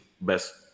best